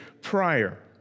prior